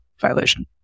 violation